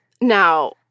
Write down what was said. Now